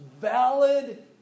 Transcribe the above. valid